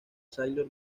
sailor